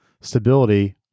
stability